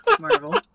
Marvel